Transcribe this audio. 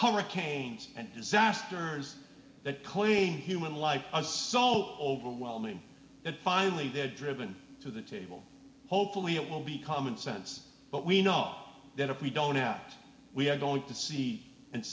hurricanes and disasters that claim human life are so overwhelming that finally they're driven to the table hopefully it will be common sense but we know that if we don't act we are going to see and